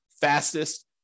fastest